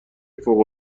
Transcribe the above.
فوق